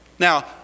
Now